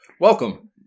welcome